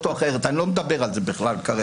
או אחרת אני לא מדבר על זה בכלל כרגע